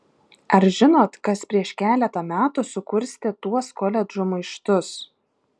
ar žinot kas prieš keletą metų sukurstė tuos koledžų maištus